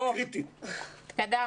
אוה, התקדמנו.